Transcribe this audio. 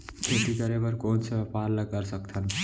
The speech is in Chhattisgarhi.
खेती करे बर कोन से व्यापार ला कर सकथन?